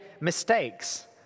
mistakes